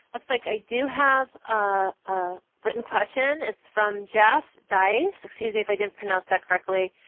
looks like i do have a written question. it's from jeff diez. excuse me if i didn't pronounce that correctly.